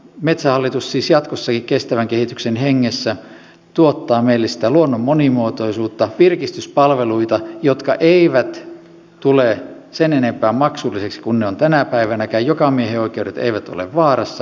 metsähallitus siis jatkossakin kestävän kehityksen hengessä tuottaa meille sitä luonnon monimuotoisuutta virkistyspalveluita jotka eivät tule sen enempää maksullisiksi kuin ne ovat tänä päivänäkään jokamiehenoikeudet eivät ole vaarassa